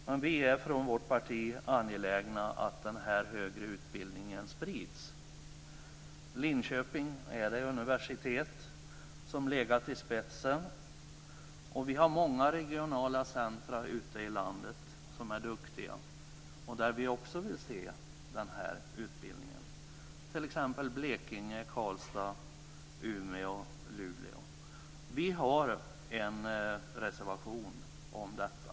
Men vi i vårt parti är angelägna om att den här högre utbildningen sprids. Linköpings universitet är det universitet som legat i spetsen. Vi har många regionala centrum ute i landet där man är duktiga på detta. Där vill vi också se den här utbildningen. Det gäller t.ex. Blekinge, Karlstad, Umeå och Luleå. Vi har en reservation om detta.